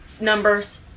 numbers